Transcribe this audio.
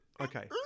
okay